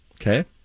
Okay